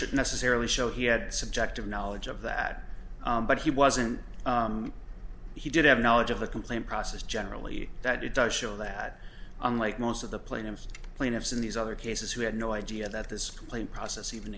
should necessarily show he had subjective knowledge of that but he wasn't he did have knowledge of the complaint process generally that it does show that unlike most of the plaintiffs plaintiffs in these other cases who had no idea that this complaint process even